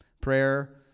prayer